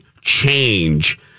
change